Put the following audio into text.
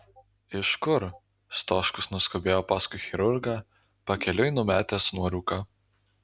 iš kur stoškus nuskubėjo paskui chirurgą pakeliui numetęs nuorūką